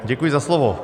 Děkuji za slovo.